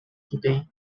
today